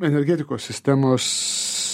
energetikos sistemos